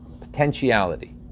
Potentiality